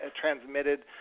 transmitted